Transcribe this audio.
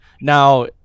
now